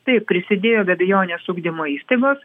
taip prisidėjo be abejonės ugdymo įstaigos